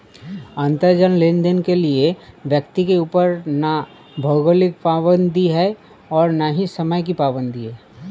अंतराजाल लेनदेन के लिए व्यक्ति के ऊपर ना भौगोलिक पाबंदी है और ना ही समय की पाबंदी है